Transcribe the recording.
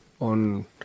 on